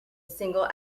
single